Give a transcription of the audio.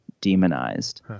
demonized